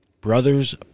brothers